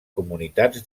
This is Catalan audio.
comunitats